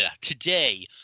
today